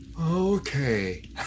okay